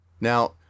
Now